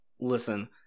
Listen